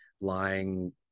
lying